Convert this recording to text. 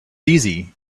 easy